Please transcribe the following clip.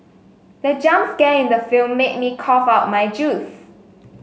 the jump scare in the film made me cough out my juice